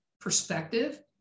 perspective